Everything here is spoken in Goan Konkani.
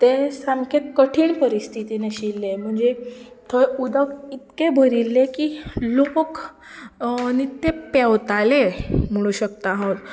ते सामके कठीण परिस्थितींत आशिल्ले म्हणजे थंय उदक इतकें भरिल्लें की लोक निकते पेंवताले म्हणू शकता हांव